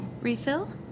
Refill